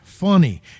funny